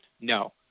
No